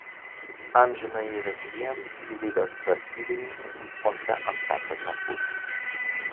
amžinąjį rekviem gyvybės sargybiniui ošia antakalnio pušys